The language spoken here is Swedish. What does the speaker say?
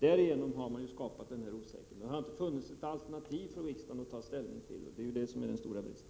Därigenom har regeringen skapat denna osäkerhet. Det har inte funnits något alternativ för riksdagen att ta ställning till. Det är detta som är den stora bristen.